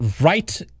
right